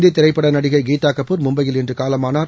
இந்தி திரைப்பட நடிகை கீதா கபூர் மும்பையில் இன்று காலமானார்